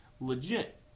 legit